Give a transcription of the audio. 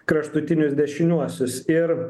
kraštutinius dešiniuosius ir